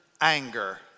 anger